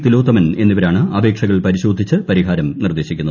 തിലോത്തമൻ എന്നിവരാണ് അപേക്ഷകൾ പരിശോധിച്ച് പരിഹാരം നിർദ്ദേശിക്കുന്നത്